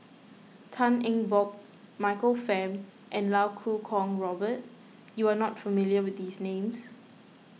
Tan Eng Bock Michael Fam and Iau Kuo Kwong Robert you are not familiar with these names